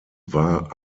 war